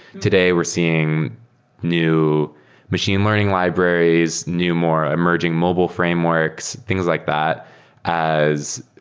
today we're seeing new machine learning libraries, new more emerging mobile frameworks, things like that as